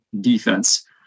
defense